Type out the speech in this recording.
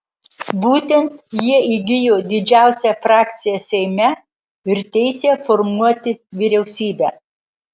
būtent jie įgijo didžiausią frakciją seime ir teisę formuoti vyriausybę